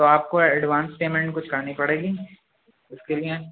تو آپ کو ایڈوانس پیمنٹ کچھ کرنی پڑے گی اس کے لیے